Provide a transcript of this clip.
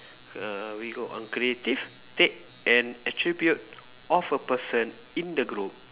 err we go on creative take and attribute of a person in the group